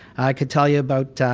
i could tell you about